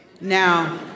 Now